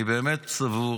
אני באמת סבור